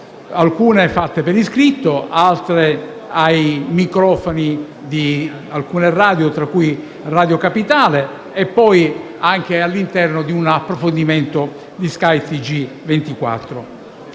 alcune rese per iscritto, altre ai microfoni di alcune radio, tra le quali Radio Roma Capitale e anche all'interno di un approfondimento di Sky Tg24.